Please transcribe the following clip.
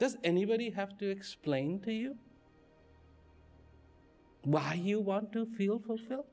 does anybody have to explain to you why you want to feel fulfilled